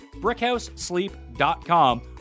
BrickHouseSleep.com